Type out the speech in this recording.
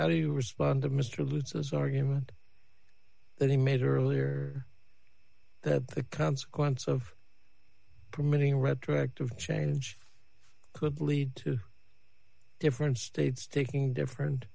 how do you respond to mr bruce's argument that he made earlier the consequence of permitting a retroactive change could lead to different states taking different